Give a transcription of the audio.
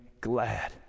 glad